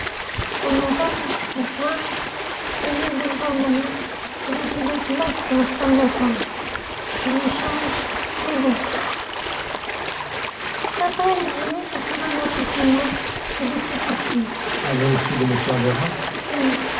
à neuf heures ce soir soyez au boulevard maillot avec les documents qui concernent l'affaire en échange les lettres après le dîner je suis remontée chez moi et je suis sortie à l'insu de m andermatt oui